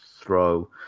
throw